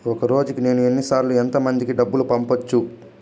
ఒక రోజుకి నేను ఎన్ని సార్లు ఎంత మందికి డబ్బులు పంపొచ్చు?